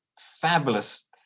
fabulous